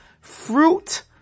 fruit